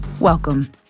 welcome